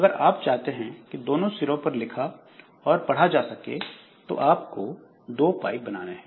अगर आप चाहते हैं कि दोनों सिरों पर लिखा और पढ़ा जा सके तो आपको दो पाइप बनाने हैं